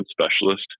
specialist